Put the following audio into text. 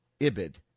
ibid